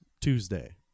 Tuesday